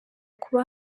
kuba